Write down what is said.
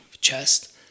chest